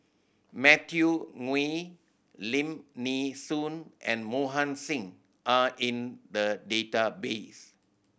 Matthew Ngui Lim Nee Soon and Mohan Singh are in the database